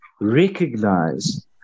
recognize